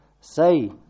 say